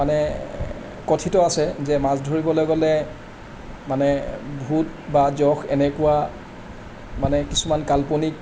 মানে কথিত আছে যে মাছ ধৰিবলৈ গ'লে মানে ভূত বা যখ এনেকুৱা মানে কিছুমান কাল্পনিক